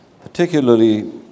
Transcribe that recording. particularly